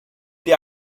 dir